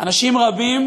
אנשים רבים,